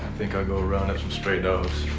think i'll go round up some stray dogs.